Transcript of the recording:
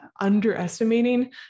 underestimating